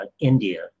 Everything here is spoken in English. India